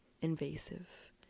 invasive